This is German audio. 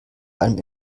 einem